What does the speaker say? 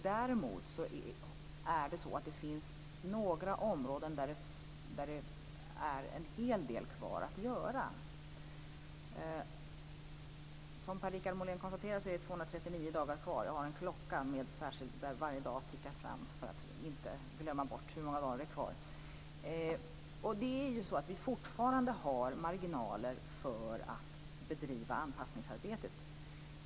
Däremot är det så att det finns några områden där det finns en hel del kvar att göra. Som Per-Richard Molén konstaterar är det 239 dagar kvar. Jag har en klocka, där varje dag tickar fram, för att inte glömma bort hur många dagar det är kvar. Fortfarande har vi marginaler för att bedriva anpassningsarbetet.